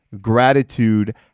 gratitude